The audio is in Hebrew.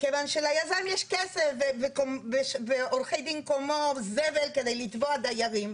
מכיוון שליזם יש כסף ועורכי דין כמו זבל כדי לתבוע דיירים.